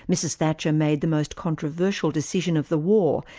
mrs thatcher made the most controversial decision of the war,